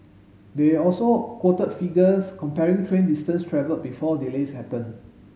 they also quoted figures comparing train distance travelled before delays happened